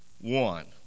one